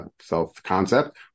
self-concept